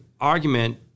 argument